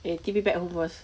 K give me back one first